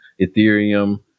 Ethereum